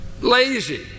lazy